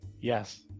Yes